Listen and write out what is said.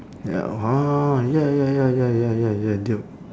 ya ya ya ya ya ya ya ya duke